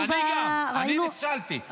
אני נכשלתי.